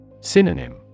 Synonym